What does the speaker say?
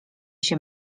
się